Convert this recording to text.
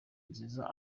nziza